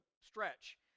stretch